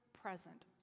present